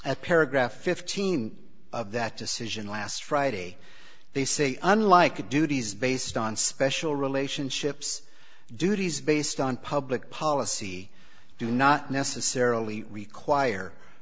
at paragraph fifteen of that decision last friday they say unlike you duties based on special relationships duties based on public policy do not necessarily require